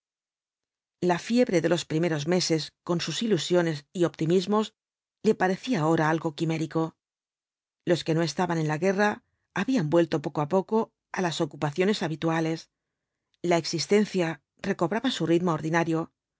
la fiebre de los primeros meses con sus ilusiones y optimismos le parecía ahora algo quimérico los que no estaban en la guerra habían vuelto poco á poco á las ocupaciones habituales la existencia recobraba su ritmo